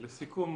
לסיכום,